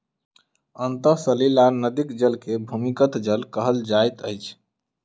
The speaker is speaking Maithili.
अंतः सलीला नदीक जल के भूमिगत जल कहल जाइत अछि